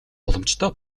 боломжтой